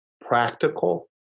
practical